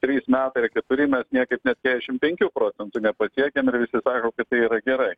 trys metai ar keturi mes niekaip net kedešimt penkių procentų nepatiekiam ir visi sako kad tai yra gerai